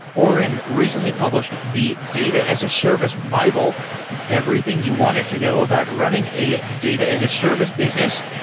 auren recently published the data as a service bible everything you wanted to know about running a data as a service business,